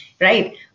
right